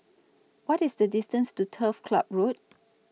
What IS The distance to Turf Ciub Road